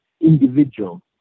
individual